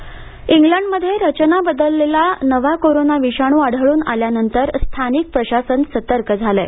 भोसरी रूग्णालय इंग्लंडमध्ये रचन बदललेला नवा कोरोना विषाणू आढळून आल्यानंतर स्थानिक प्रशासन सतर्क झालं आहे